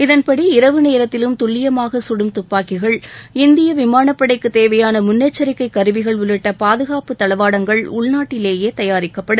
இதன்படி இரவு நேரத்திலும் துல்லியமாக கடும் துப்பாக்கிகள் இந்திய விமானப்படைக்குத் தேவையாள முன்னெச்சரிக்கை கருவிகள் உள்ளிட்ட பாதுகாப்புத் தளவாடங்கள் உள்நாட்டிவேயே தயாரிக்கப்படும்